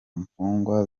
mfungwa